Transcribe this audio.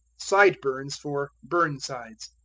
sideburns for burnsides.